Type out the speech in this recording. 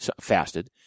fasted